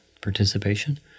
participation